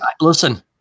listen